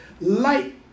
Light